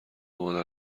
مادر